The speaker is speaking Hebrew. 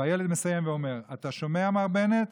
והילד מסיים ואומר, אתה שומע, מר בנט?